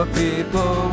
people